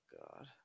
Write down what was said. God